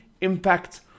impact